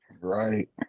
Right